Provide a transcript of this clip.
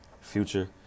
Future